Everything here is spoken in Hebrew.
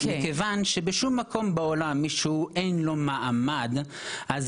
מכיוון שבשום מקום בעולם מי שאין לו מעמד אז